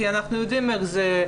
כי אנחנו יודעים איך זה.